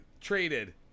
Traded